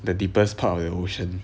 the deepest part of the ocean